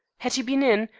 had he been in,